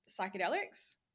psychedelics